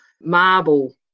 marble